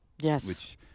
Yes